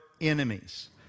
enemies